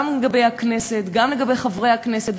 גם לגבי הכנסת וגם לגבי חברי הכנסת.